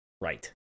right